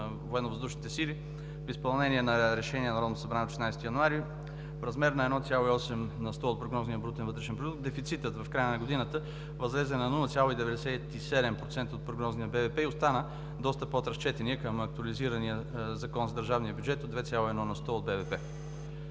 изпълнение на Решение на Народното събрание от 16 януари 2019 г., в размер на 1,8 на сто от прогнозния брутен вътрешен продукт, дефицитът в края на годината възлезе на 0,97% от прогнозния БВП и остана доста под разчетения към актуализирания Закон за държавния бюджет от 2,1 на сто от